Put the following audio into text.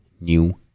new